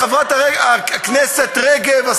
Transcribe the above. חברת הכנסת רגב,